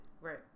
right